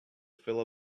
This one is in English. fill